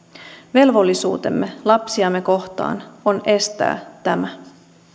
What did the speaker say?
velvollisuutemme lapsiamme kohtaan on estää tämä